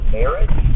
marriage